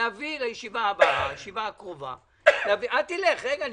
להביא לישיבה הקרובה את הנוהל הזה.